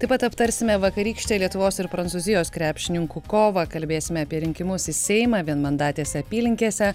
taip pat aptarsime vakarykštę lietuvos ir prancūzijos krepšininkų kovą kalbėsime apie rinkimus į seimą vienmandatėse apylinkėse